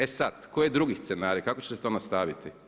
E sad koji je drugi scenarij, kako će se to nastaviti?